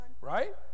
right